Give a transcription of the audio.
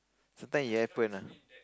sometime it happen ah